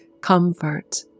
comfort